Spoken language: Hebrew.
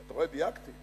אתה רואה, דייקתי.